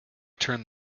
turn